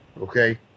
okay